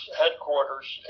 headquarters